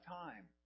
time